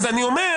אני אומר